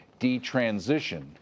detransition